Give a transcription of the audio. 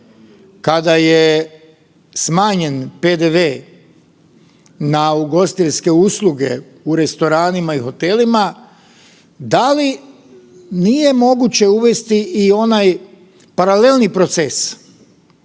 kada je smanjen PDV na ugostiteljske usluge u restoranima i hotelima, da li nije moguće uvesti i onaj paralelni proces